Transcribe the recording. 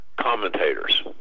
commentators